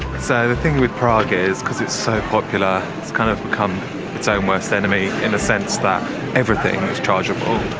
so the thing with prague is because it's so popular it's kind of become its own worst enemy in a sense that everything is chargeable.